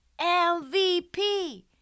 MVP